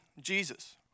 Jesus